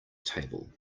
table